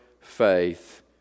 faith